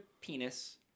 penis